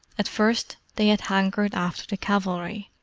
at first they had hankered after the cavalry,